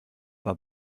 war